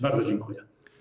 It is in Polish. Bardzo dziękuję.